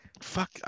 Fuck